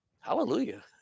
Hallelujah